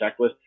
checklist